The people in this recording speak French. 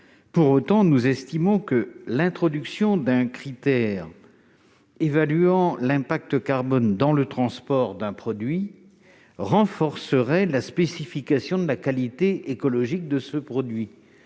Pour autant, nous estimons que l'introduction d'un critère évaluant l'impact carbone dans le transport d'un produit en renforcerait la spécification de la qualité écologique. Cela renvoie